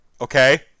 okay